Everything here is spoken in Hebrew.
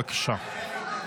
בבקשה.